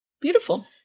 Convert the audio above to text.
Beautiful